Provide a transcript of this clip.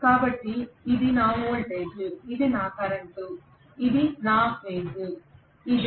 కాబట్టి ఇది నా వోల్టేజ్ ఇది నా కరెంట్ ఒకే ఫేజ్ లో ఇదే